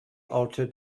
altered